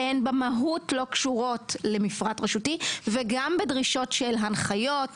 שהן במהות לא קשורות למפרט רשותי וגם בדרישות של הנחיות,